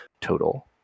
total